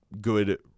good